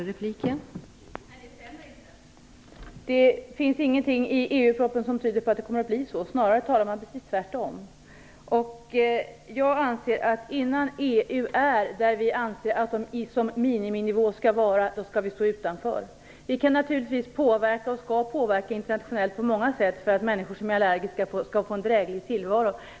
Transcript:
Fru talman! Nej, det stämmer inte. Det finns ingenting i EU-propositionen som tyder på att det kommer att bli så. Snarare talar man precis tvärtom. Jag anser att innan EU är där vi anser att man som miniminivå skall vara, skall vi stå utanför. Vi kan naturligtvis påverka och skall påverka internationellt på många sätt för att människor som är allergiska skall få en dräglig tillvaro.